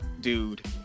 dude